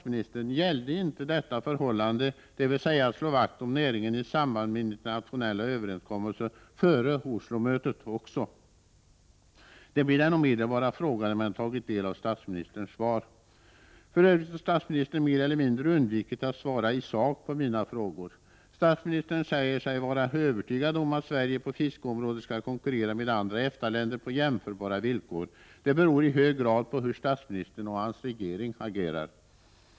Men gällde inte detta förhållande, dvs. att slå vakt om näringen i samband med internationella överenskommelser, före Oslomötet också? Det blir den omedelbara frågan när man har tagit del av statsministerns svar. För övrigt har statsministern mer eller mindre undvikit att svara i sak på mina frågor. Statsministern säger sig vara övertygad om att Sverige på fiskeområdet skall konkurrera med andra EFTA-länder på jämförbara villkor. Det beror i hög grad på hur statsministern och hans regering agerar.